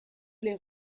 les